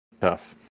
Tough